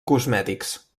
cosmètics